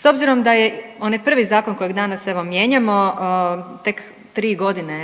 S obzirom da je onaj prvi zakon kojeg danas, evo, mijenjamo, tek 3 godine